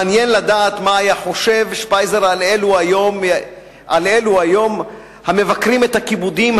מעניין לדעת מה היה חושב שפייזר על אלו היום המבכרים את הכיבודים,